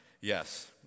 yes